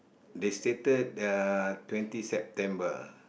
they stated uh twenty September